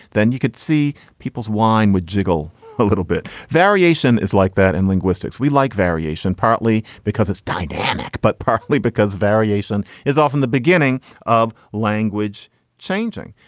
then you could see people's wine with jiggle a little bit. variation is like that. in linguistics we like variation, partly because it's dynamic, but partly because variation is often the beginning of language changing.